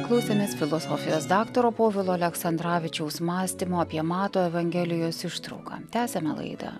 klausėmės filosofijos daktaro povilo aleksandravičiaus mąstymo apie mato evangelijos ištrauką tęsiame laidą